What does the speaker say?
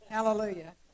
Hallelujah